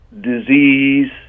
disease